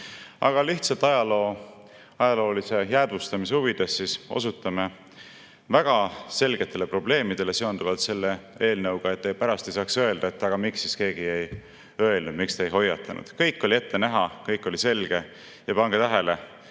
Aga lihtsalt ajaloolise jäädvustamise huvides osutame väga selgetele probleemidele seonduvalt selle eelnõuga, et pärast ei saaks öelda, aga miks siis keegi ei öelnud, miks te ei hoiatanud. Kõik oli ette näha, kõik oli selge. Ja pange tähele,